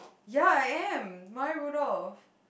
ya I am Maya-Rudolph